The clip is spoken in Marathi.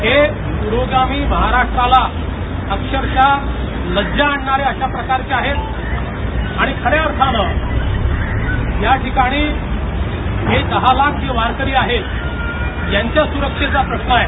हे पुरोगामी महाराष्ट्राला अक्षरशः लज्जा आणणारे अशा प्रकारचे आहे आणि खन्या अर्थानं या ठिकाणी हे दहा लाख जे वारकरी आहेत यांच्या सुरक्षेचा प्रश्न आहे